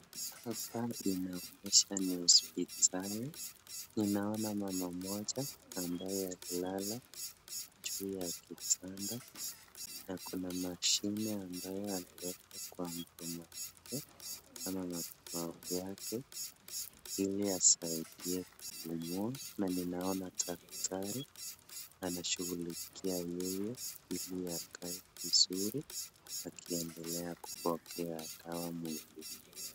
Hapa inaonyeshana hospitali. Naona mama mmoja ambaye analala juu ya kitanda na kuna mashine ambayo amewekwa kwa mdomo yake ama mapua yake ili asaidiwe kupumua na ninaona daktari anashughulikia yeye ili akae vizuri akiendelea kupokea dawa mwili.